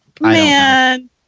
Man